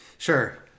Sure